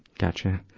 gotcha.